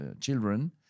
children